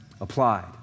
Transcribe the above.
applied